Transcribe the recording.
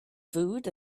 food